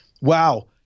wow